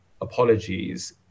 apologies